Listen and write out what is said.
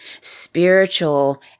spiritual